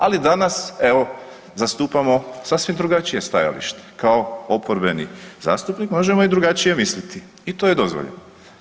Ali danas, evo, zastupamo sasvim drugačije stajalište kao oporbeni zastupnik možemo i drugačije misliti i to je dozvoljeno.